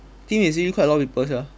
think easily quite a lot of people sia